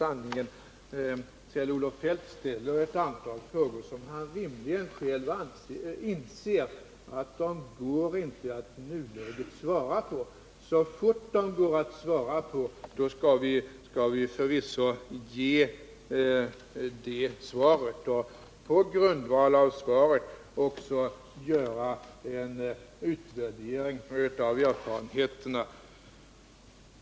Kjell-Olof Feldt ställer ett antal frågor som han rimligen själv måste inse att det i nuläget inte går att svara på. Så fort det är möjligt att besvara frågorna skall vi förvisso ge ett svar. På grundval härav skall vi också göra en utvärdering av erfarenheterna.